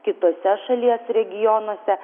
kituose šalies regionuose